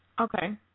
Okay